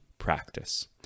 practice